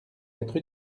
être